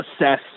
assess